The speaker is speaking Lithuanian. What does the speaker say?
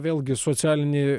vėlgi socialinį